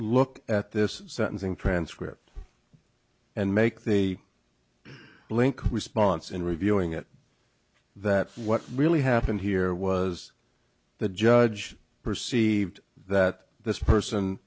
look at this sentencing transcript and make the blink response in reviewing it that what really happened here was the judge perceived that this person